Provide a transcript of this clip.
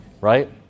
right